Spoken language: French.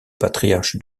patriarches